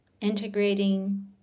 integrating